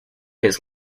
his